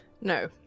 no